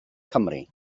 cymru